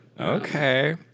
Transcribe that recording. Okay